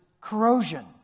corrosion